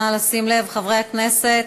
נא לשים לב, חברי הכנסת.